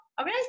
Okay